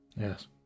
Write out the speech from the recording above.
Yes